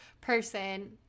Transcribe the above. person